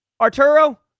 Arturo